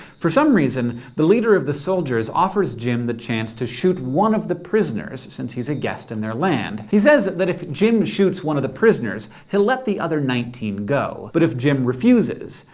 for some reason, the leader of the soldiers offers jim the chance to shoot one of the prisoners, since he's a guest in their land. says that if jim shoots one of the prisoners, he'll let the other nineteen go. but if jim refuses,